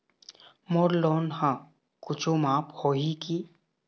मोर loan हा कुछू माफ होही की?